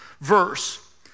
verse